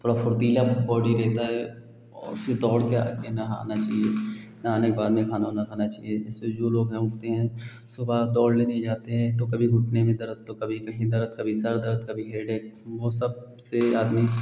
थोड़ा फ़ुर्तीला बॉडी रहता है और फ़िर दौड़कर आकर नहाना चाहिए नहाने के बाद में खाना ओना खाना चाहिए जिससे जो लोग हैं उठते हैं सुबह दौड़ लेने जाते हैं तो कभी घुटने में दर्द तो कभी कहीं दर्द कभी सर दर्द कभी हेडेक वह सबसे आदमी